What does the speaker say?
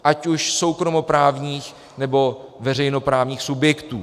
Ať už soukromoprávních nebo veřejnoprávních subjektů.